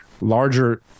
larger